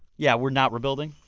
yeah, we're not rebuilding.